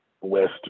West